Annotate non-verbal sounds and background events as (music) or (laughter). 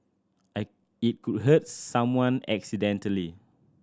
(unintelligible) it could hurt someone accidentally